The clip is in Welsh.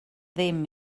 ddim